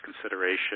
consideration